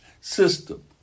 system